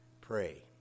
pray